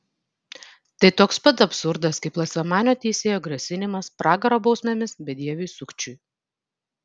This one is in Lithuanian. tai toks pat absurdas kaip laisvamanio teisėjo grasinimas pragaro bausmėmis bedieviui sukčiui